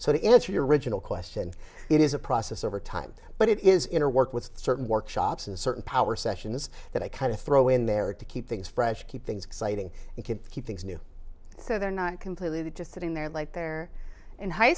so to answer your original question it is a process over time but it is inner work with certain workshops and certain power sessions that i kind of throw in there to keep things fresh keep things exciting and keep keep things new so they're not completely just sitting there like they're in high